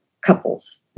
couples